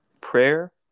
prayer